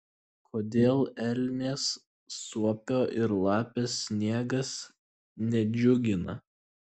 kodėl elnės suopio ir lapės sniegas nedžiugina